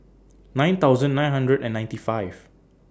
nine thousand nine hundred and ninety five